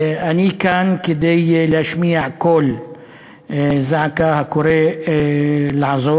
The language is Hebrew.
אני כאן כדי להשמיע קול זעקה הקורא לעזור,